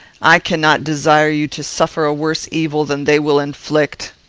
i cannot desire you to suffer a worse evil than they will inflict.